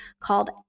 called